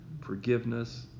forgiveness